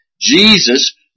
Jesus